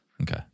okay